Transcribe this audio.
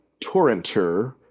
torrenter